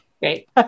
Great